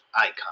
icon